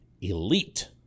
elite